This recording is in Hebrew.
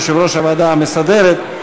יושב-ראש הוועדה המסדרת,